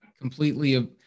completely